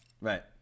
Right